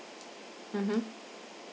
mmhmm